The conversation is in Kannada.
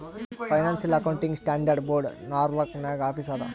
financial accounting standard board Norwalk ನಾಗ್ ಆಫೀಸ್ ಅದಾ